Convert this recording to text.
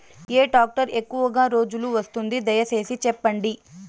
ఏ tractor ఎక్కువగా రోజులు వస్తుంది, దయసేసి చెప్పండి?